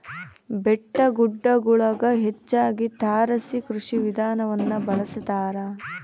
ಬೆಟ್ಟಗುಡ್ಡಗುಳಗ ಹೆಚ್ಚಾಗಿ ತಾರಸಿ ಕೃಷಿ ವಿಧಾನವನ್ನ ಬಳಸತಾರ